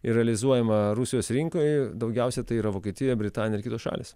ir realizuojama rusijos rinkoje daugiausiai tai yra vokietija britanija ir kitos šalys